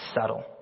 subtle